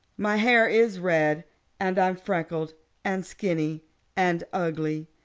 my hair is red and i'm freckled and skinny and ugly.